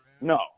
no